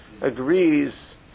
agrees